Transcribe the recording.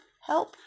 help